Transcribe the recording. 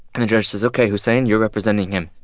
and the judge says, ok, hussein, you're representing him.